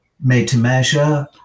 made-to-measure